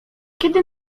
kiedy